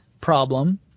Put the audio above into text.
problem